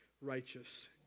righteous